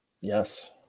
yes